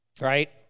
right